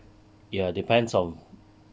ya depends on